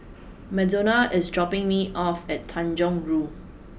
Madonna is dropping me off at Tanjong Rhu